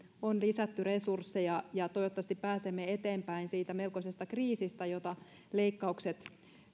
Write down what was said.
on lisätty resursseja ja toivottavasti pääsemme eteenpäin siitä melkoisesta kriisistä jota leikkaukset